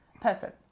person